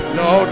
no